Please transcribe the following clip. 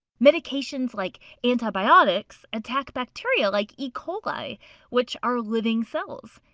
medications like antibiotics attack bacteria like e coli which are living cells.